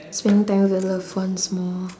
spending time with your love ones more